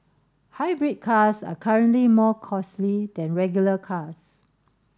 hybrid cars are currently more costly than regular cars